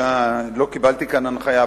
לא קיבלתי כאן הנחיה,